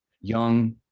young